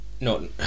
no